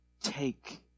take